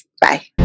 Bye